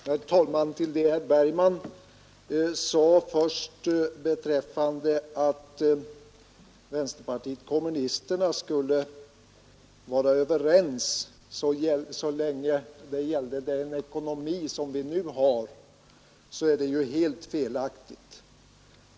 Herr talman! Det herr Bergman sade om att vänsterpartiet kommunisterna kunde ansluta sig till planen så länge vi har den nuvarande ekonomin är helt felaktigt.